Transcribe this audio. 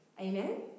Amen